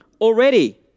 already